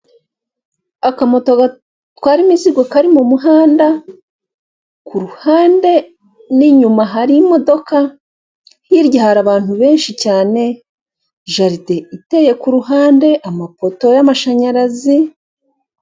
Akamoto gatwara imizigo kari mu muhanda kuruhande n'inyuma hari imodoka, hirya hari abantu benshi cyane, jaride iteye ku ruhande amapoto y'amashanyarazi.